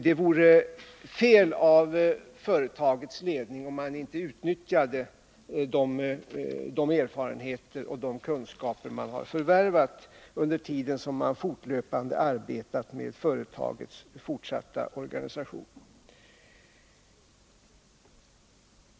Det vore då fel av företagets ledning att inte utnyttja de erfarenheter och kunskaper som förvärvats under den tid som ledningen fortlöpande arbetat med företagets fortsatta organisation.